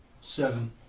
Seven